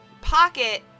pocket